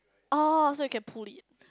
orh so you can pull it in